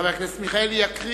חבר הכנסת מיכאלי יקרא